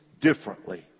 differently